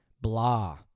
blah